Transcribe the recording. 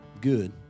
Good